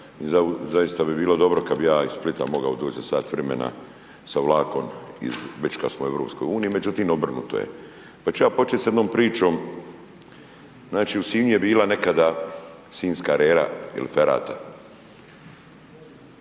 zaista bi bilo dobro kada bi ja iz Splita mogao doći za sat vremena sa vlakom već kada smo u EU, međutim, obrnuto je. Pa ću ja početi s jednom pričom, znači u Sinju je bila nekada sinjska arera ili ferat.